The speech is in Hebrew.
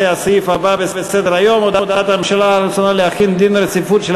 זה הסעיף הבא בסדר-היום: הודעת הממשלה על רצונה להחיל דין רציפות על